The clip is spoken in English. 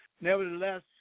nevertheless